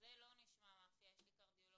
זה לא נשמע מאפיה: יש לי קרדיולוג,